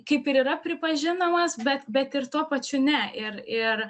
kaip ir yra pripažinamas bet bet ir tuo pačiu ne ir ir